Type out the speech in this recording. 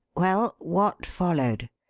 well, what followed?